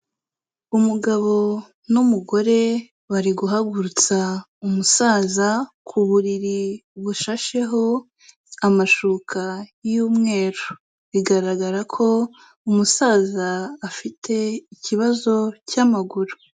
Umugabo n'umugore, bari guhagurutsa umusaza ku buriri bushasheho amashuka y'umweru. Bigaragara ko umusaza afite ikibazo cy'amaguru.